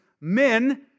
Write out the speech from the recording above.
Men